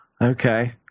Okay